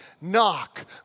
knock